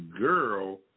girl